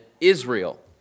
Israel